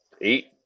eight